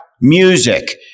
music